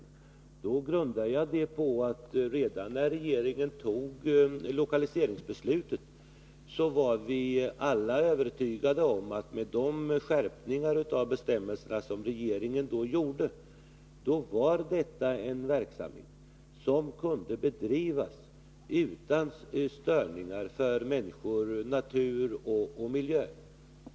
Detta uttalande grundar jag på det faktum att vi alla redan när regeringen fattade lokaliseringsbeslutet var övertygade om att de skärpningar av bestämmelserna som regeringen då vidtog medförde att verksamheten kan bedrivas utan störningar för människor, natur och miljö.